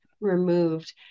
removed